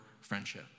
friendship